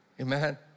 Amen